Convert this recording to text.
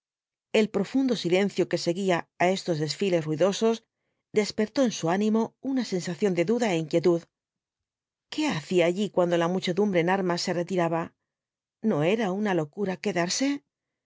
el profundo silencio que seguía á estos desfiles ruidosos despertó en su ánimo una sensación de duda é inquietud qué hacia allí cuando la muchedumbre en armas se retiraba no era una locura quedarse